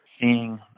seeing